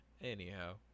Anyhow